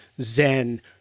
Zen